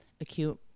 acute